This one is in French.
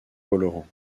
colorant